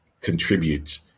contributes